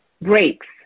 breaks